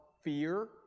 fear